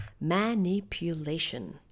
Manipulation